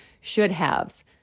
should-haves